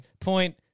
point